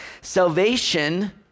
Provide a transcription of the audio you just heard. salvation